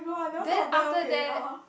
then after that